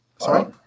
Sorry